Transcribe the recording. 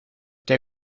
der